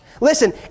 Listen